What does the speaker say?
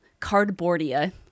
Cardboardia